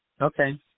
Okay